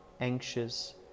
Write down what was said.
anxious